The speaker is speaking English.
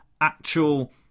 actual